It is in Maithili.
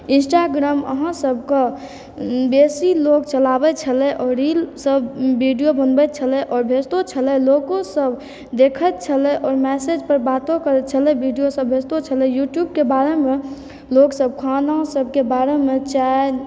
इन्सटाग्राम अहाँसभकेँ बेसी लोक चलाबैत छलय आओर रीलसभ भीडियो बनबैत छलय आओर भेजितो छलय लोकोसभ देखैत छलय ओहि मैसेजपर बातो करैत छलय भीडियोसभ भेजितौ छलय यूट्यूबके बारेमे लोकसभ खाना सभके बारेमे चाय